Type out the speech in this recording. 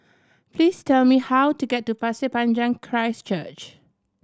please tell me how to get to Pasir Panjang Christ Church